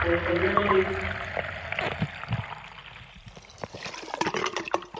कोई पंञें धोड़ी